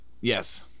Yes